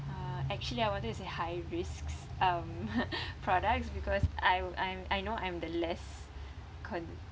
uh actually I wanted to say high risks um products because I I'm I know I'm the less conservative